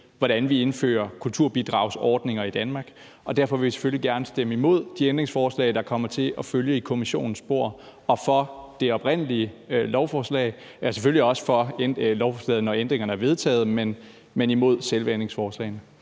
hvordan vi indfører kulturbidragsordninger i Danmark, og derfor vil vi selvfølgelig gerne stemme imod de ændringsforslag, der kommer til at følge i Kommissionens spor, og for det oprindelige lovforslag og selvfølgelig også for lovforslaget, når ændringerne er vedtaget, men altså imod selve ændringsforslagene.